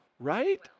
Right